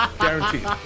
Guaranteed